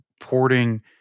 porting